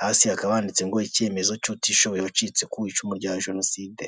hasi hakaba handitse ngo icyemezo cy'utishoboye wacitse ku icumu rya jenoside .